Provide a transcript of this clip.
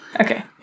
okay